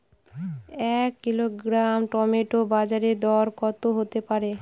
এক kilogram tomato বাজের দরকত হতে পারে?